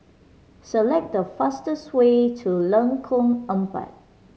select the fastest way to Lengkong Empat